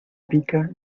pica